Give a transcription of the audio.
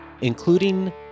including